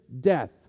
death